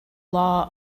law